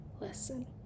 listen